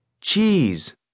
cheese